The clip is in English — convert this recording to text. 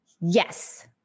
Yes